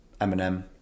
Eminem